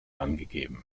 angegeben